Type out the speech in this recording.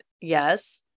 yes